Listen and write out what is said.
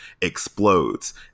explodes